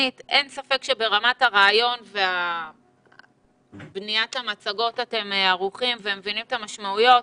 אין ספק שמבחינת הרעיון ובניית המצגות אתם ערוכים ומבינים את המשמעויות.